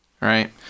right